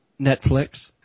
Netflix